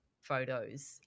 photos